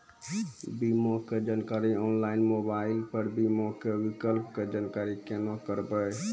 बीमा के जानकारी ऑनलाइन मोबाइल पर बीमा के विकल्प के जानकारी केना करभै?